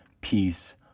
peace